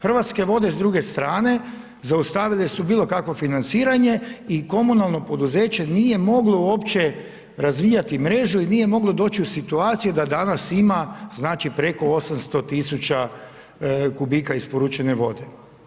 Hrvatske vode s druge strane zaustavile su bilo kakvo financiranje i komunalno poduzeće nije moglo uopće razvijati mrežu i nije moglo doći u situaciju da danas ima znači preko 800 tisuća kubika isporučene vode.